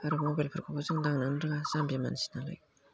आरो मबाइलफोरखौनो जों दांनो रोङा जाम्बि मानसि नालाय